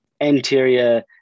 anterior